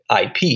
IP